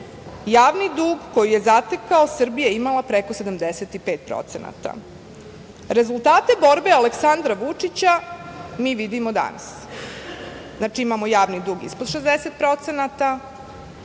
javni dug koji je zatekao Srbija imala preko 75%.Rezultate borbe Aleksandra Vučića mi vidimo danas. Znači, imamo javni dug ispod 60%,